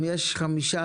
אם יש חמישה,